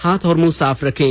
हाथ और मुंह साफ रखें